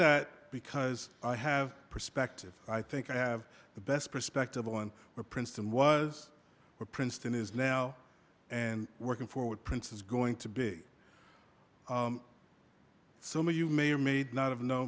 that because i have perspective i think i have the best perspective on where princeton was or princeton is now and working for what prince is going to be some of you may or may not have kno